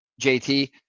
JT